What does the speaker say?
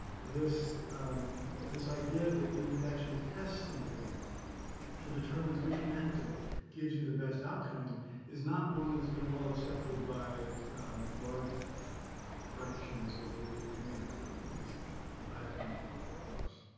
this this idea that you would actually test something to determine which method gives you the best outcome is not one that's been well-accepted by large fractions of the legal community, ah at and least that i've come across.